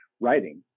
writing